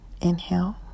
Inhale